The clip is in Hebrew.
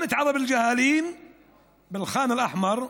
גם את ערב אל-ג'האלין באל-ח'אן אל-אחמר,